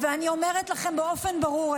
ואני אומרת לכם באופן ברור,